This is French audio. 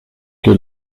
que